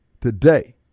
today